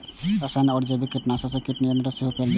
रसायन आ जैविक कीटनाशक सं कीट नियंत्रण सेहो कैल जाइ छै